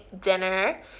dinner